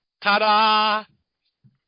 Ta-da